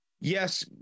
Yes